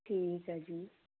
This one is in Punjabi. ਠੀਕ ਹੈ ਜੀ